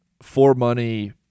for-money